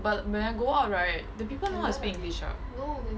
but when I go out right the people know how to speak english ah